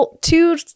two